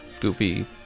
Goofy